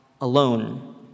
alone